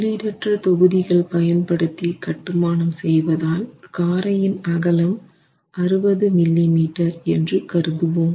உள்ளீடற்ற தொகுதிகள் பயன்படுத்தி கட்டுமானம் செய்வதால் காரையின் அகலம் 60 மில்லி மீட்டர் என்று கருதுவோம்